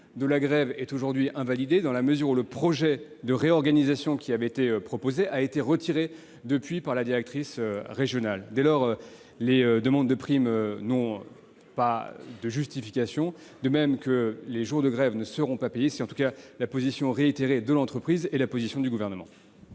de la grève est aujourd'hui invalidé, dans la mesure où le projet de réorganisation a été retiré par la directrice régionale. Dès lors, les demandes de primes n'ont pas de justification, et les jours de grève ne seront pas payés. C'est en tout cas la position réitérée de l'entreprise comme du Gouvernement.